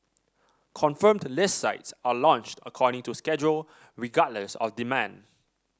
confirmed list sites are launched according to schedule regardless of demand